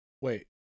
Wait